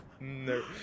No